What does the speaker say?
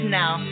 now